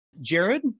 Jared